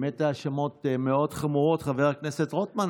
אלה באמת האשמות מאוד חמורות, חבר הכנסת רוטמן.